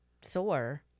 sore